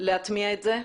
להטמיע את זה?